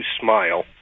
smile